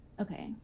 Okay